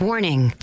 Warning